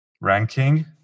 ranking